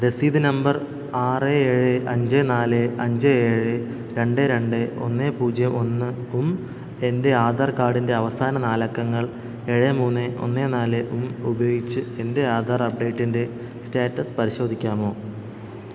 രസീത് നമ്പർ ആറ് ഏഴ് അഞ്ച് നാല് അഞ്ച് ഏഴ് രണ്ട് രണ്ട് ഒന്ന് പൂജ്യം ഒന്നും എന്റെ ആധാർ കാർഡിന്റെ അവസാന നാലക്കങ്ങൾ ഏഴ് മൂന്ന് ഒന്ന് നാലും ഉപയോഗിച്ച് എന്റെ ആധാർ അപ്ഡേറ്റിന്റെ സ്റ്റാറ്റസ് പരിശോധിക്കാമോ